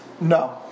No